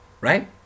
right